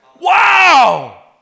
Wow